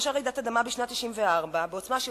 התרחשה רעידת אדמה בשנת 1994 בעוצמה של